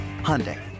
Hyundai